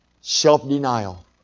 self-denial